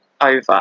over